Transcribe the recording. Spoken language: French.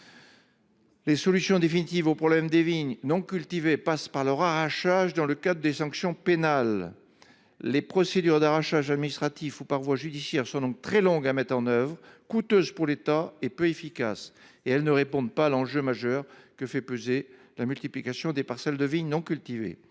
La solution définitive au problème des vignes non cultivées consiste en leur arrachage dans le cadre des sanctions pénales. Toutefois, les procédures d’arrachage administratif ou judiciaire sont très longues à mettre en œuvre, coûteuses pour l’État et peu efficaces. En outre, elles ne répondent pas à l’enjeu majeur de multiplication de parcelles de vignes non cultivées.